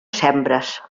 sembres